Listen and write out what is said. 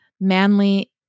manly